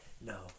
No